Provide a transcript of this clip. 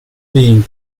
being